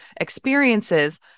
experiences